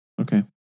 okay